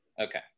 Okay